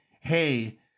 hey